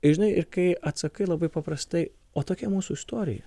žinai ir kai atsakai labai paprastai o tokia mūsų istorija